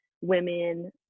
women